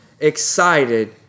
excited